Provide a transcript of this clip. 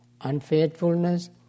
unfaithfulness